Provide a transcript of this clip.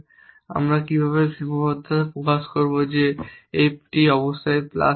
আমরা কীভাবে সীমাবদ্ধতা প্রকাশ করব যে এই প্লাসটি অবশ্যই হতে হবে